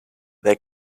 they